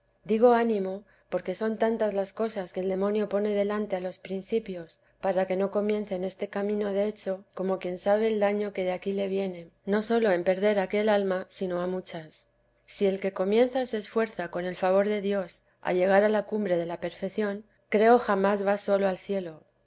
digo ánimo porque son tantas las cosas que el demonio pone delante a los principios para que no comiencen este camino de hecho como quien sabe el daño que de aquí le viene no sólo en perder aquel alma sino a muchas si el que comienza se esfuerza con el favor de dios a llegar a la cumbre de la perfección creo jamás va solo al cielo